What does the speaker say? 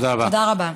תודה רבה.